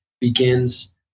begins